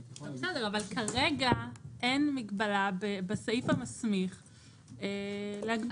בסדר, אבל כרגע אין מגבלה בסעיף המסמיך להגביל.